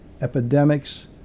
Epidemics